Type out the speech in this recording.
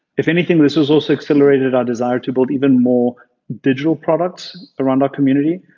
if anything this has also accelerated our desire to build even more digital products around our community.